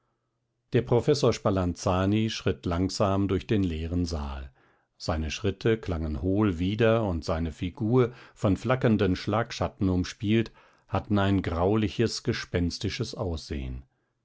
der professor spalanzani schritt langsam durch den leeren saal seine schritte klangen hohl wieder und seine figur von flackernden schlagschatten umspielt hatte ein grauliches gespenstisches ansehen